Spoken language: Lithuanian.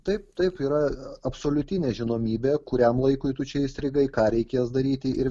taip taip yra absoliuti nežinomybė kuriam laikui tu čia įstrigai ką reikės daryti ir